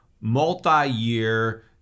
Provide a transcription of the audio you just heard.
multi-year